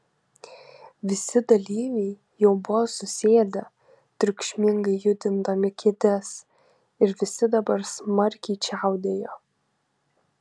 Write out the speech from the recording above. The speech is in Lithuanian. visi dalyviai jau buvo susėdę triukšmingai judindami kėdes ir visi dabar smarkiai čiaudėjo